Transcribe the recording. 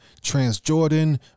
Transjordan